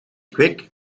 kwik